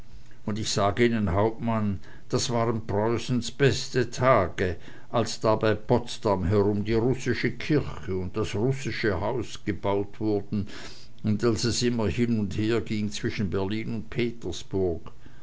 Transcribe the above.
unsinn ich sage ihnen hauptmann das waren preußens beste tage als da bei potsdam herum die russische kirche und das russische haus gebaut wurden und als es immer hin und herging zwischen berlin und petersburg